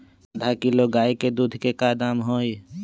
आधा किलो गाय के दूध के का दाम होई?